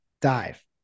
Dive